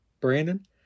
Brandon